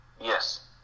Yes